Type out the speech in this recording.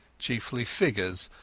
chiefly figures,